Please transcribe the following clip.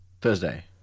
thursday